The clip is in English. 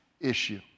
issue